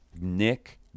Nick